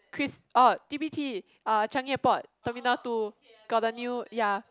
Chris orh t_p Tea uh Changi Airport terminal two got the new ya